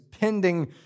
pending